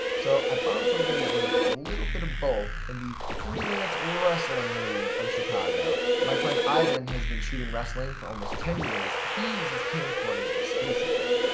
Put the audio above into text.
so, i found something that was a little bit of both in the freelance wrestling league of chicago. my friend ivan has been shooting wrestling for almost ten years. he uses camcorders exclusively.